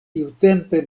tiutempe